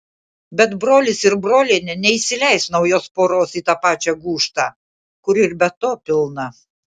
bet brolis ir brolienė neįsileis naujos poros į tą pačią gūžtą kur ir be to pilna